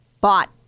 bought